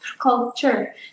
culture